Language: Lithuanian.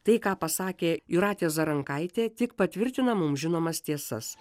tai ką pasakė jūratė zarankaitė tik patvirtina mums žinomas tiesas